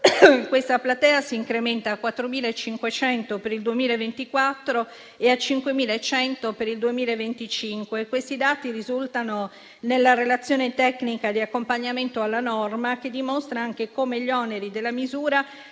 Questa platea si incrementa a 4.500 per il 2024 e a 5.100 per il 2025. Questi dati risultano nella relazione tecnica di accompagnamento alla norma, che dimostra anche come gli oneri della misura